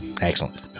excellent